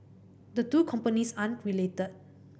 the two companies aren't related